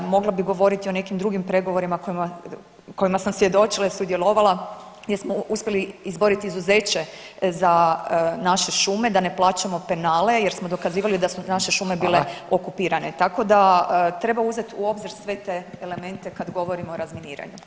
Mogla bih govoriti o nekim drugim pregovorima kojima sam svjedočila i sudjelovala gdje smo uspjeli izboriti izuzeće za naše šume, da ne plaćamo penale jer smo dokazivali da su naše šume bile [[Upadica: Hvala.]] okupirane, tako da treba uzeti u obzir sve te elemente kad govorimo o razminiranju.